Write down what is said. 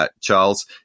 Charles